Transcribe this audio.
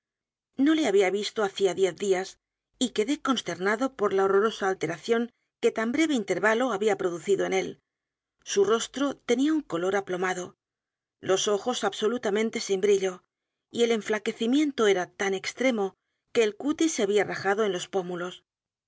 no le había visto hacía diez días y quedé consternado por l a horrorosa alteración que tan breve intervalo había producido en él su rostro tenía un color aplomado los ojos absolumente sin brillo y el enflaquecimiento era tan extremo que el cutis se había rajado en los pómulos